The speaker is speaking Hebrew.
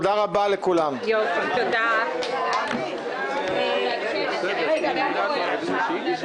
הצבעה בעד הרוויזיה אין נגד 13 נמנעים 1 הרוויזיה